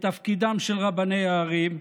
בתפקידם של רבני הערים,